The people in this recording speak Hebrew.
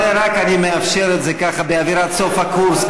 אני מאפשר את זה רק באווירת סוף הקורס,